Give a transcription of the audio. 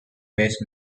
based